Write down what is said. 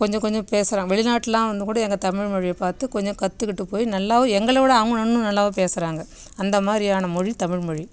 கொஞ்சம் கொஞ்சம் பேசுகிறான் வெளிநாட்டிலாம் வந்துங்கூட எங்கள் தமிழ்மொழியை பார்த்து கொஞ்சம் கத்துக்கிட்டு போய் நல்லாவும் எங்களைவிட அவங்க இன்னும் நல்லாவே பேசுகிறாங்க அந்தமாதிரியான மொழி தமிழ்மொழி